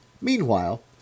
Meanwhile